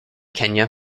kenya